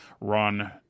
run